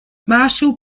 marshall